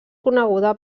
coneguda